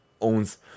owns